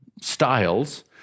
styles